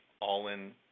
all-in